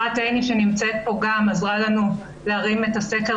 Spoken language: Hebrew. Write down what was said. תכנים אלה ונעלה אותם לאתר משרד המשפטים.